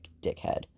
dickhead